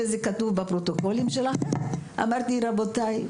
וזה כתוב בפרוטוקולים שלכם: "רבותיי,